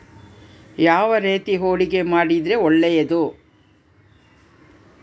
ಯಾವ ರೇತಿ ಹೂಡಿಕೆ ಮಾಡಿದ್ರೆ ಒಳ್ಳೆಯದು?